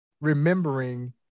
remembering